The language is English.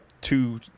two